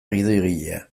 gidoigilea